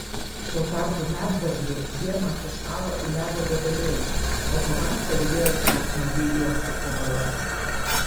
tuo tarpu medvarlė žiemą sušąla į ledo gabalėlį o pavasarį vėl sau smagiai liuoksi po balas